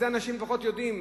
את זה אנשים פחות יודעים,